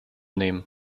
nehmen